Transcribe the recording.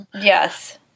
Yes